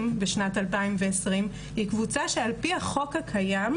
בשנת 2020 היא קבוצה שעל פי החוק הקיים,